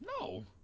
No